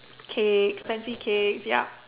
cakes expensive cakes yup